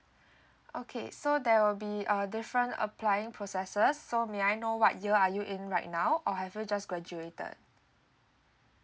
okay so there will be a different applying processes so may I know what year are you in right now or have you just graduated